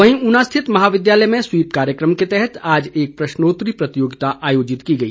वहीं ऊना स्थित महाविद्यालय में स्वीप कार्यक्रम के तहत आज एक प्रश्नोत्तरी प्रतियोगिता आयोजित की गई